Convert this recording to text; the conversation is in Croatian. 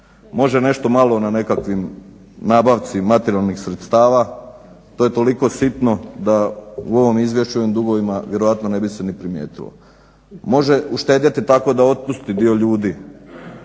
Može nešto malo na nekakvim nabavci materijalnih sredstava to je toliko sitno da u ovom izvješću i ovim dugovima vjerojatno ne bi se ni primijetilo. Može uštedjeti tako da otpusti dio ljudi